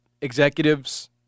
executives –